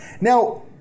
Now